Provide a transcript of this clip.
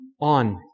on